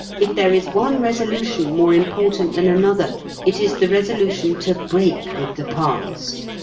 if there is one resolution more important than another it is the resolution to break with the past.